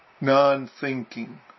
non-thinking